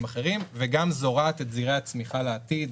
אחרים וגם זורעת את זרעי הצמיחה לעתיד,